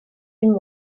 and